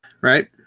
right